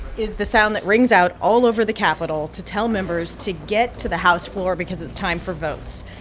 is the sound that rings out all over the capitol to tell members to get to the house floor because it's time for votes.